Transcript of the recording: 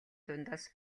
дундаас